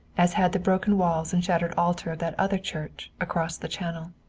as had the broken walls and shattered altar of that other church, across the channel.